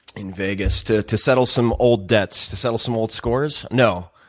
in vegas to to settle some old debts. to settle some old scores? no.